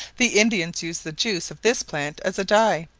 the indians use the juice of this plant as a dye,